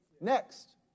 Next